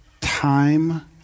Time